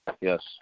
Yes